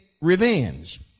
revenge